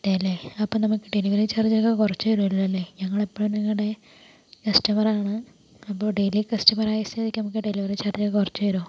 അതേല്ലേ അപ്പം നമുക്ക് ഡെലിവറി ചാർജൊക്കെ കുറച്ച് തരുമല്ലോ അല്ലേ ഞങ്ങളിപ്പോഴും നിങ്ങളുടെ കസ്റ്റമർ ആണ് അപ്പോൾ ഡെയിലി കസ്റ്റമർ ആയ സ്ഥിതിക്ക് നമുക്ക് ഡെലിവറി ചാർജ് കുറച്ച് തരുമോ